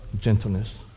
gentleness